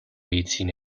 eating